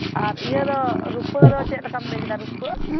ᱟᱨ ᱤᱭᱟᱹ ᱫᱚ ᱨᱩᱯᱟᱹ ᱫᱚ ᱪᱮᱫ ᱞᱮᱠᱟᱢ ᱞᱟᱹᱭ ᱠᱮᱫᱟ ᱨᱩᱯᱟᱹ